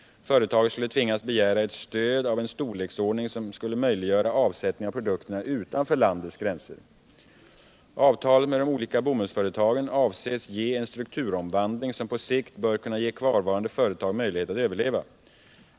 Företaget skulle tvingas begära ett stöd av en storleksordning som möjliggör avsättning av produkterna utanför landets gränser. Avtalet med de olika bomullsföretagen avses ge en strukturomvandling som på sikt bör kunna ge kvarvarande företag möjlighet att överleva.